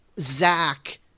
Zach